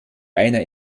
einer